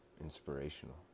inspirational